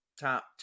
top